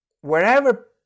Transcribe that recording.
wherever